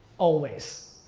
always.